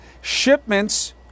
Shipments